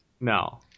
No